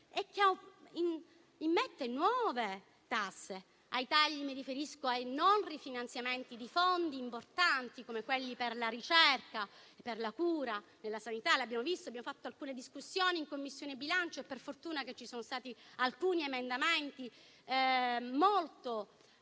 e che immette nuove tasse. Per quanto riguarda i tagli, mi riferisco al non rifinanziamento di fondi importanti, come quelli per la ricerca, per la cura e per la sanità. L'abbiamo visto, abbiamo fatto alcune discussioni in Commissione bilancio e per fortuna che ci sono stati alcuni emendamenti portati